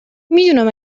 میدونم